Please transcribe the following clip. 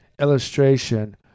illustration